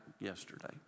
yesterday